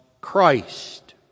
Christ